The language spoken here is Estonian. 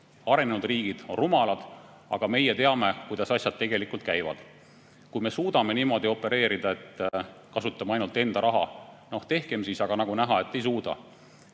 arenenud riigid, on rumalad, aga meie teame, kuidas asjad tegelikult käivad. Kui me suudame niimoodi opereerida, et kasutame ainult enda raha, no tehkem siis nii, aga nagu näha, ei suuda.